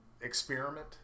experiment